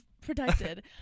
protected